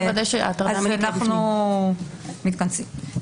אנו מתכנסים.